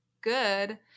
good